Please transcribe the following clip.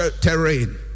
terrain